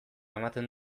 ematen